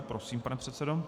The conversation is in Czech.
Prosím, pana předsedo.